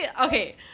okay